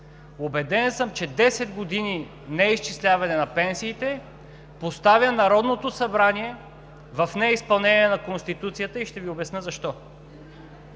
Убеден съм, че 10 години неизчисляване на пенсиите поставя Народното събрание в неизпълнение на Конституцията и ще Ви обясня защо.